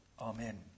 Amen